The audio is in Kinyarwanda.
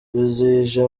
bizihije